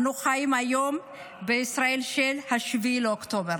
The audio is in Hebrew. אנו חיים היום בישראל של 7 באוקטובר.